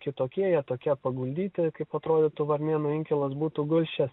kitokie jie tokie paguldyti kaip atrodytų varnėnų inkilas būtų gulsčias